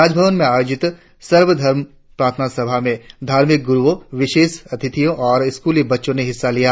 राजभवन में आयोजित सर्वधर्म प्रार्थना सभा में धार्मिक ग्रुओं विशेष अतिथियों और स्कूली बच्चों ने हिस्सा लिया